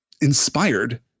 inspired